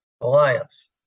alliance